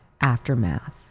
aftermath